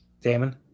Damon